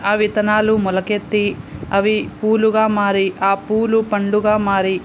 ఆ విత్తనాలు మొలకెత్తి అవి పూలుగా మారి ఆ పూలు పండుగా మారి